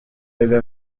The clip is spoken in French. avait